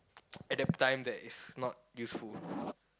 at that time that is not useful